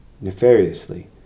nefariously